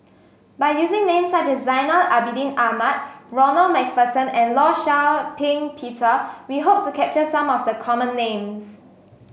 by using names such as Zainal Abidin Ahmad Ronald MacPherson and Law Shau Ping Peter we hope to capture some of the common names